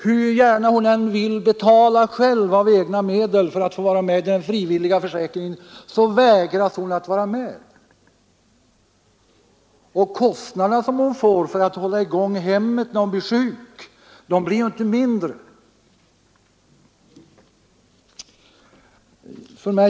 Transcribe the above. Hur gärna hon än själv vill betala av egna medel för att vara med i den frivilliga försäkringen blir hon vägrad att vara med. Och de kostnader hon får vidkännas för att hålla i gång hemmet när hon blir sjuk blir ju inte mindre. Herr talman!